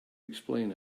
explain